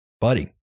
Buddy